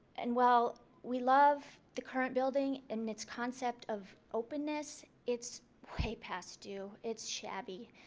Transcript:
and well we love the current building and its concept of openness. it's way past due. it's shabby.